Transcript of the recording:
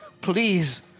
Please